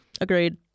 Agreed